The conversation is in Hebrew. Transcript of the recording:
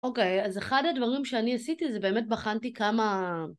אוקיי אז אחד הדברים שאני עשיתי זה באמת בחנתי כמה